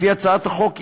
לפי הצעת החוק,